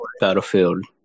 Battlefield